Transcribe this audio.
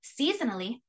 seasonally